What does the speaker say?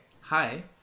hi